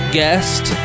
guest